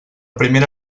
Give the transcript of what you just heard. primera